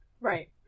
Right